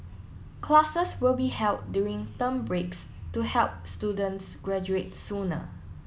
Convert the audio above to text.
classes will be held during term breaks to help students graduate sooner